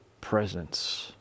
presence